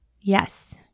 Yes